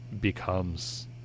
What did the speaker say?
becomes